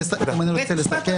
בבית משפט כל אדם הוא אדם,